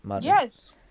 Yes